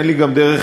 אין לי גם דרך,